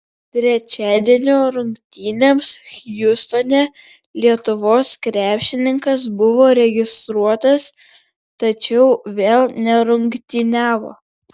trečiadienio rungtynėms hjustone lietuvos krepšininkas buvo registruotas tačiau vėl nerungtyniavo